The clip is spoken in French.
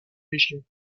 région